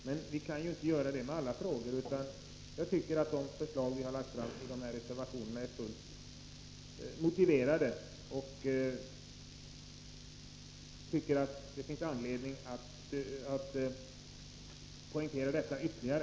Men vi kan inte göra det i alla frågor, utan jag tycker att de förslag vi har lagt fram i våra reservationer är fullt motiverade och det finns anledning att poängtera detta ytterligare.